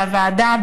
והוועדה,